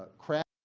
craft